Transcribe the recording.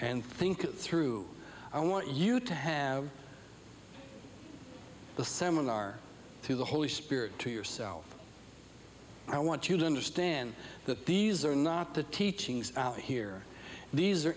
and think through i want you to have the seminar to the holy spirit to yourself i want you to understand that these are not the teachings here these are